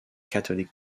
catholic